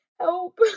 help